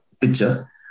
picture